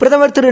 பிரதமர் திரு